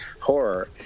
horror